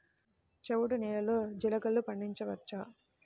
చవుడు నేలలో జీలగలు పండించవచ్చా?